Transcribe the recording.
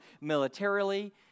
militarily